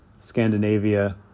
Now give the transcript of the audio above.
Scandinavia